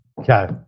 Okay